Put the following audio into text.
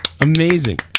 Amazing